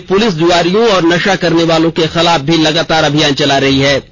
वहीं पुलिस जुआरियों और नशा करने वालों के खिलाफ भी लगातार अभियान चला रही है